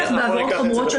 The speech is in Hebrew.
בטח בעבירות חמורות,